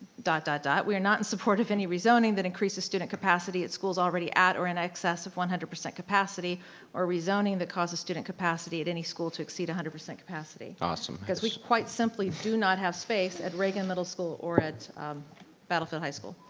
dot dot dot, we are not in support of any rezoning that increases student capacity at schools already at or in excess of one hundred percent capacity or rezoning that causes student capacity at any school to exceed one hundred percent capacity. awesome. because we quite simply do not have space at reagan middle school or at battlefield high school.